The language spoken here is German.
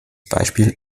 beispiel